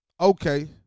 Okay